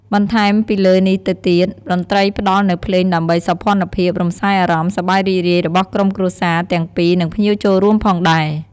បន្ថែមពីលើនេះទៅទៀត តន្រ្ដីផ្ដល់នៅភ្លេងដើម្បីសោភ័ណភាព រំសាយអារម្មណ៍សប្បាយរីករាយរបស់ក្រុមគ្រួសារទាំងពីរនិងភ្ងៀវចូលរួមផងដែរ។